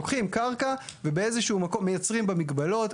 לוקחים קרקע, ובאיזה שהוא מקום מייצרים בה מגבלות.